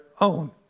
own